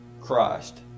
Christ